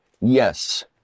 yes